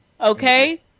Okay